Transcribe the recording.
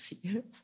years